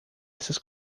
essas